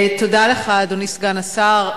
תודה לך, אדוני סגן השר.